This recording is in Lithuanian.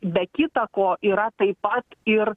be kita ko yra taip pat ir